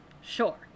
sure